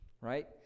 right